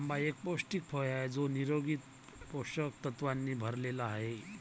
आंबा एक पौष्टिक फळ आहे जो निरोगी पोषक तत्वांनी भरलेला आहे